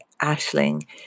Ashling